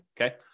Okay